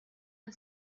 one